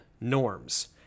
norms